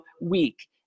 week